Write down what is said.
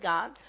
God